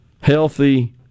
healthy